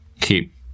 keep